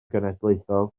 genedlaethol